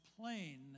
plain